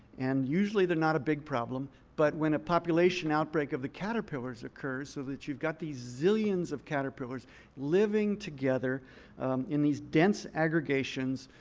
and usually they're not a big problem. but when a population outbreak of the caterpillars occurs so that you've got these zillions of caterpillars living together in these dense aggregations,